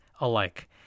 alike